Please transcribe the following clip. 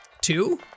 Two